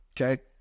okay